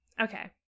okay